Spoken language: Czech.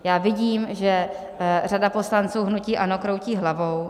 Já vidím, že řada poslanců hnutí ANO kroutí hlavou.